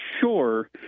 sure